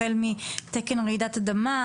החל מתקן רעידת אדמה,